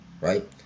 Right